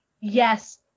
yes